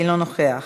אינו נוכח,